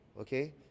okay